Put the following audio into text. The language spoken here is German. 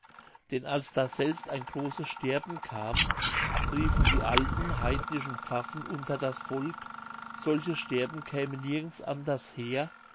denn als daselbst ein großes sterben kam riefen die alten heidnischen pfaffen unter das volk solches sterben käme nirgends anders her